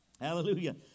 Hallelujah